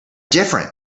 different